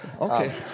Okay